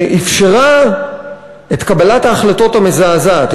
שאפשרה את קבלת ההחלטות המזעזעת,